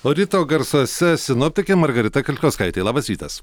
o ryto garsuose sinoptikė margarita kirkliauskaitė labas rytas